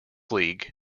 league